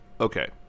Okay